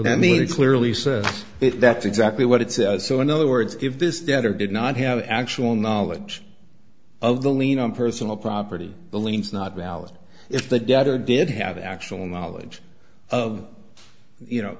that mean it clearly says it that's exactly what it says so in other words if this debtor did not have actual knowledge of the lien on personal property the liens not valid if the debtor did have actual knowledge of you know